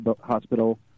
hospital